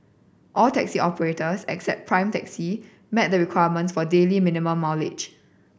all taxi operators except Prime Taxi met the requirement for daily minimum mileage